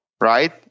right